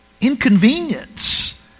inconvenience